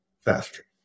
faster